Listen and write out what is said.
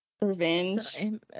Revenge